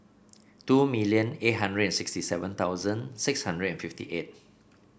two million eight hundred and sixty seven thousand six hundred and fifty eight